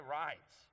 rights